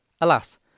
Alas